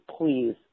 please